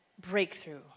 breakthrough